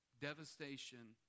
Devastation